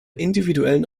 individuellen